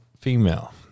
female